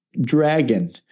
dragon